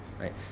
right